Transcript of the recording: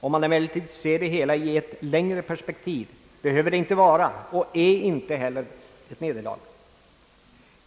Om man emellertid ser det hela i ett längre perspektiv, behöver det inte vara och är inte heller ett nederlag.